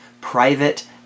private